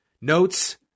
notes